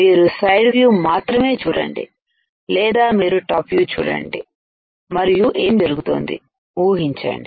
మీరు side view మాత్రమే చూడండి లేదా మీరు టాప్ వ్యూ చూడండి మరియు ఏం జరుగుతోంది ఊహించండి